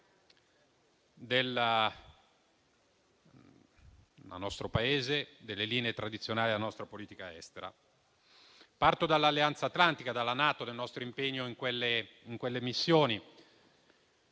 della nostra politica estera. Parto dall'Alleanza atlantica, dalla NATO, e dal nostro impegno in quelle missioni,